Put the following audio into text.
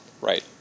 Right